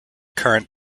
current